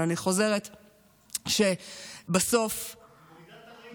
אבל אני חוזרת שבסוף בסוף,